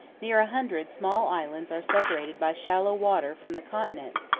near a hundred small islands are separated by shallow water from the continent,